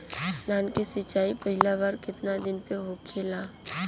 धान के सिचाई पहिला बार कितना दिन पे होखेला?